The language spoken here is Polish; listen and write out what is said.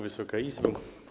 Wysoka Izbo!